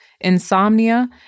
insomnia